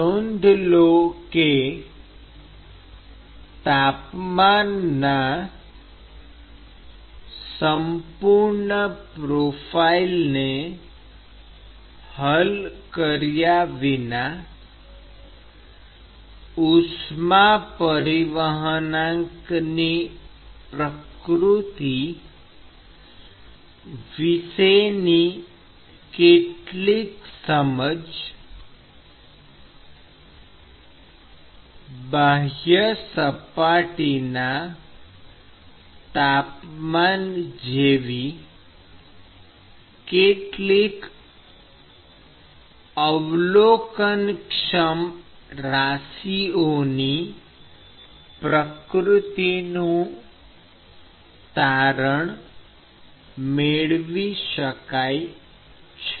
નોંધ લો કે તાપમાનના સંપૂર્ણ પ્રોફાઇલને હલ કર્યા વિના ઉષ્મા પરિવહનાંકની પ્રકૃતિ વિશેની કેટલીક સમજ બાહ્ય સપાટીના તાપમાન જેવી કેટલીક અવલોકનક્ષમ રાશિઓની પ્રકૃતિનું તારણ મેળવી શકાય છે